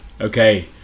Okay